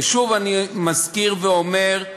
ושוב אני מזכיר ואומר: